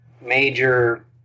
major